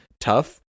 tough